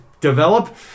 develop